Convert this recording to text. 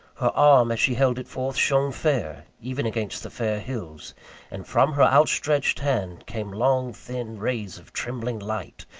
her arm, as she held it forth, shone fair, even against the fair hills and from her outstretched hand came long thin rays of trembling light,